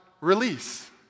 release